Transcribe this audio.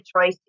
choice